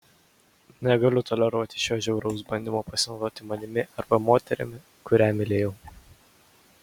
negaliu toleruoti šio žiauraus bandymo pasinaudoti manimi arba moterimi kurią mylėjau